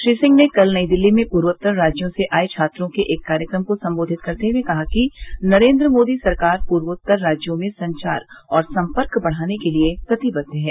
श्री सिंह ने कल नई दिल्ली में पूर्वोत्तर राज्यों से आये छात्रों के एक कार्यक्रम को संबोधित करते हुए कहा कि नरेन्द्र मोदी संरकार पूर्वोत्तर राज्यों में संचार और संपर्क को बढ़ाने के लिए प्रतिबद्ध है